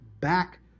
back